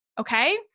Okay